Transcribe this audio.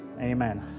amen